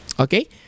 okay